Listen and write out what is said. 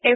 F